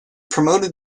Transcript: promoted